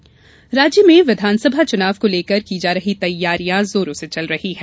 चुनाव तैयारियां राज्य में विधानसभा चुनाव को लेकर की जा रही तैयारियां जोरों से चल रही हैं